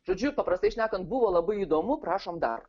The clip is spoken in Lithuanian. žodžiu paprastai šnekant buvo labai įdomu prašom dar